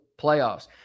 playoffs